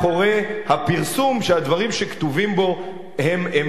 הפרסום שהדברים שכתובים בו הם אמת.